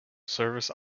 service